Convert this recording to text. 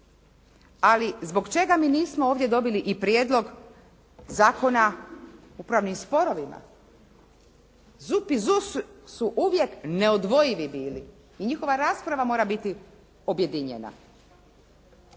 Ali zbog čega mi nismo ovdje dobili i prijedlog Zakona o upravnim sporovima. ZUP i ZUS su uvijek neodvojivi bili i njihova rasprava mora biti objedinjena.